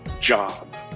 job